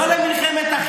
לא למלחמת אחים.